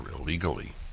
illegally